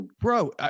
bro